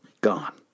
gone